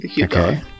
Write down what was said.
Okay